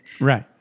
Right